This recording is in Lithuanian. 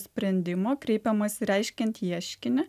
sprendimo kreipiamasi reiškiant ieškinį